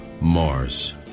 Mars